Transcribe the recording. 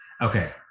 Okay